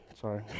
Sorry